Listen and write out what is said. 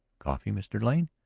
coffee, mr. lane?